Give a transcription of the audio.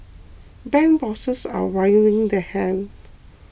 bank bosses are wringing their hands